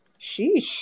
Sheesh